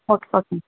okay ஓகேங்க